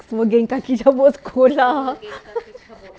semua geng kaki cabut sekolah